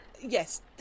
Yes